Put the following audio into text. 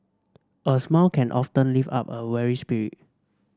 a smile can often lift up a weary spirit